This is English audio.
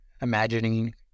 imagining